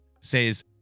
says